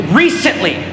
recently